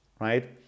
right